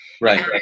Right